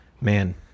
man